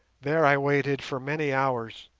there i waited for many hours,